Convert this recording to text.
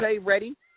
ready